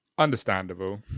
Understandable